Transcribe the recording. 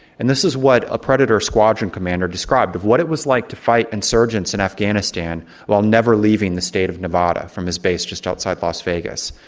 and this is what a predator squadron commander described of what it was like to fight insurgents in afghanistan while never leaving the state of nevada from his base just outside las vegas.